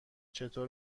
چطور